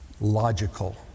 logical